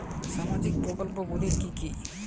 সামাজিক প্রকল্প গুলি কি কি?